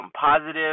positive